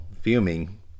fuming